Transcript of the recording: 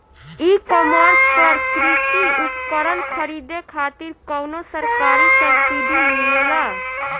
E commerce पर कृषी उपकरण खरीदे खातिर कउनो सरकारी सब्सीडी मिलेला?